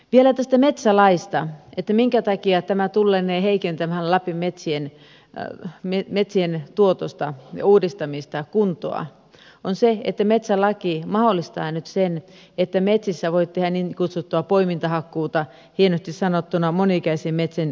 vielä tästä metsälaista että se minkä takia tämä tullee heikentämään lapin metsien tuotosta uudistamista kuntoa on se että metsälaki mahdollistaa nyt sen että metsissä voit tehdä niin kutsuttua poimintahakkuuta hienosti sanottuna moni ikäisen metsän uudistumista